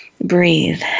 Breathe